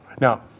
Now